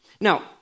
Now